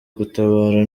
gutabara